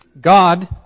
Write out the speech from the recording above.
God